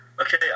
Okay